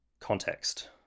context